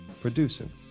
producing